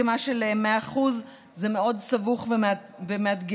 הסכמה של 100%; זה מאוד סבוך ומאתגר.